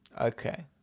Okay